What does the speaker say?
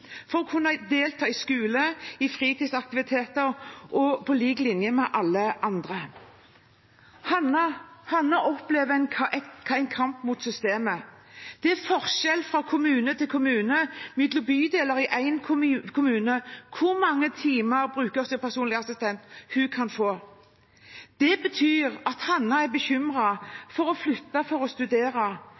for å kunne delta i skole og fritidsaktiviteter på lik linje med alle andre. Hannah opplever en kamp mot systemet. Det er forskjell fra kommune til kommune og mellom bydeler i én kommune når det gjelder hvor mange timer med brukerstyrt personlig assistanse hun kan få. Det betyr at Hannah er bekymret for å flytte for å studere,